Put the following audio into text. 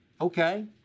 Okay